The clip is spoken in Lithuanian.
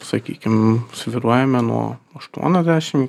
sakykim svyruojame nuo aštuoniasdešimt